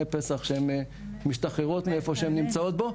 פסח שהן משתחררות מאיפה שהן נמצאות בו.